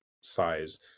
size